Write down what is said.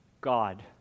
God